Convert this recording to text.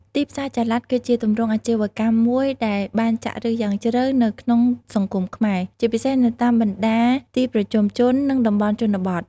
ទីផ្សារចល័ត គឺជាទម្រង់អាជីវកម្មមួយដែលបានចាក់ឫសយ៉ាងជ្រៅនៅក្នុងសង្គមខ្មែរ ជាពិសេសនៅតាមបណ្តាទីប្រជុំជន និងតំបន់ជនបទ។